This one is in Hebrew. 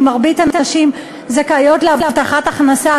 כי רוב הנשים זכאיות להבטחת הכנסה.